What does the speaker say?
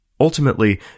Ultimately